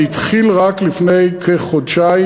זה התחיל רק לפני כחודשיים.